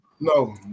No